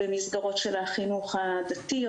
במסגרות חינוך דתי,